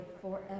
forever